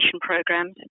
programs